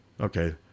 Okay